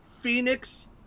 Phoenix